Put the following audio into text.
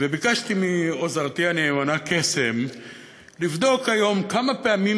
וביקשתי מעוזרתי הנאמנה קסם לבדוק היום כמה פעמים